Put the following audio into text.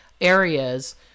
areas